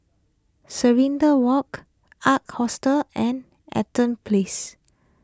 Serenade Walk Ark Hostel and Eaton Place